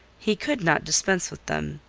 he could not dispense with them.